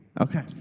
Okay